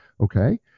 okay